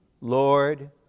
Lord